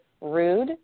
rude